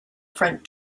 front